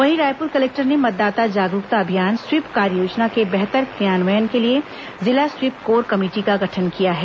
वहीं रायपुर कलेक्टर ने मतदाता जागरूकता अभियान स्वीप कार्ययोजना के बेहतर क्रियान्वयन के लिए जिला स्वीप कोर कमेटी का गठन किया है